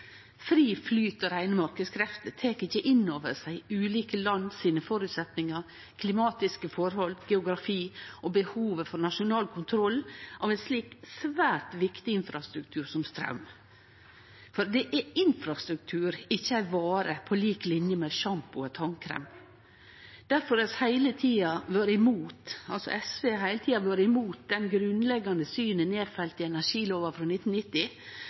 Fri flyt og reine marknadskrefter tek ikkje inn over seg føresetnadene i ulike land, som klimatiske forhold, geografi og behovet for nasjonal kontroll over ein så svært viktig infrastruktur som straum. For det er infrastruktur, ikkje ei vare på lik linje med sjampo og tannkrem. Difor har SV heile tida vore imot det grunnleggjande synet nedfelt i energilova frå 1990,